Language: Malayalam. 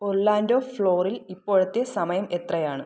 ഒർലാൻഡോ ഫ്ലോറിൽ ഇപ്പോഴത്തെ സമയം എത്രയാണ്